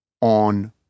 on